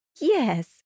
Yes